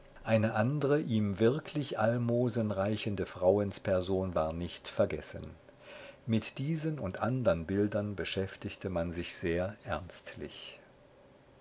eine andre ihm wirklich almosen reichende frauensperson war nicht vergessen mit diesen und andern bildern beschäftigte man sich sehr